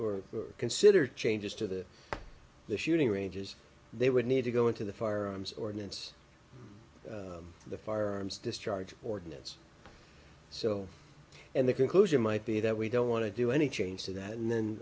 or consider changes to the the shooting ranges they would need to go into the fire arms ordinance the firearms discharge ordinance so and the conclusion might be that we don't want to do any change to that and then